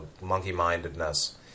monkey-mindedness